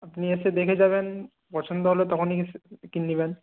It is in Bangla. আপনি এসে দেখে যাবেন পছন্দ হলে তখনই কিনে নেবেন